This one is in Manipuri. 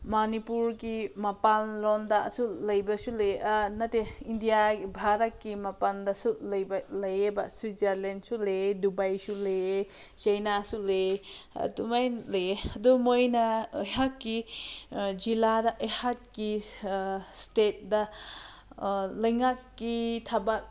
ꯃꯅꯤꯄꯨꯔꯒꯤ ꯃꯄꯥꯜꯂꯣꯝꯗꯁꯨ ꯂꯩꯕꯁꯨ ꯂꯩꯌꯦ ꯅꯠꯇꯦ ꯏꯟꯗꯤꯌꯥ ꯚꯥꯔꯠꯀꯤ ꯃꯃꯥꯟꯗꯁꯨ ꯂꯩꯕ ꯂꯩꯌꯦꯕ ꯁ꯭ꯋꯤꯠꯖꯔꯂꯦꯟꯁꯨ ꯂꯩꯌꯦ ꯗꯨꯕꯥꯏꯁꯨ ꯂꯩꯌꯦ ꯆꯥꯏꯅꯥꯁꯨ ꯂꯩꯌꯦ ꯑꯗꯨꯃꯥꯏꯅ ꯂꯩꯌꯦ ꯑꯗꯨ ꯃꯣꯏꯅ ꯑꯩꯍꯥꯛꯀꯤ ꯖꯤꯜꯂꯥꯗ ꯑꯩꯍꯥꯛꯀꯤ ꯏꯁꯇꯦꯠꯇ ꯂꯩꯉꯥꯛꯀꯤ ꯊꯕꯛ